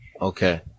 Okay